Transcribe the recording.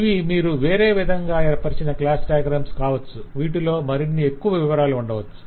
ఇవి మీరు వేరే విధంగా ఏర్పరచిన క్లాస్ డయాగ్రమ్స్ కావచ్చు వీటిలో మరిన్ని ఎక్కువ వివరాలు ఉండవచ్చు